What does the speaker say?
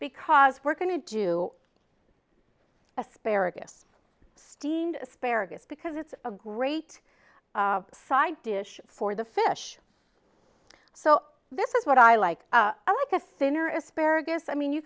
because we're going to do asparagus steamed asparagus because it's a great side dish for the fish so this is what i like i like a thinner asparagus i mean you